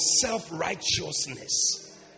self-righteousness